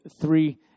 three